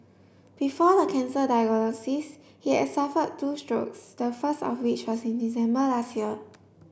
before the cancer diagnosis he had suffered two strokes the first of which was in December last year